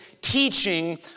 teaching